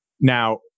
Now